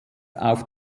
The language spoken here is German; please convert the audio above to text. auf